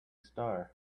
star